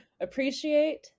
appreciate